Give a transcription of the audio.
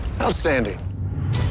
Outstanding